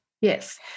Yes